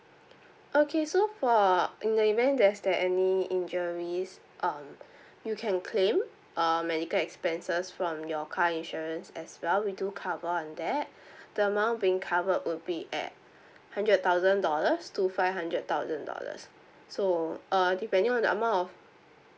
okay so for in the event there's there any injuries um you can claim um medical expenses from your car insurance as well we do cover on that the amount being covered will be at hundred thousand dollars to five hundred thousand dollars so err depending on the amount of